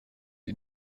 die